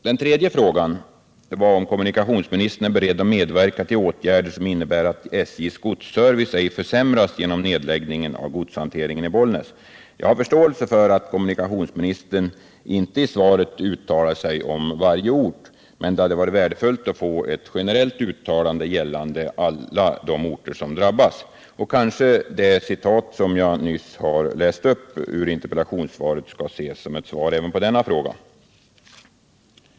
Den tredje frågan gällde om kommunikationsministern är beredd att medverka till åtgärder som innebär att SJ:s godsservice ej försämras genom nedläggningen av godshanteringen i Bollnäs. Jag har förståelse för att kommunikationsministern inte i svaret uttalar sig om varje ort, men det hade varit värdefullt att få ett generellt uttalande gällande alla de orter som drabbas. Det jag nyss citerade ur interpellationssvaret kanske skall ses som svar även på denna fråga.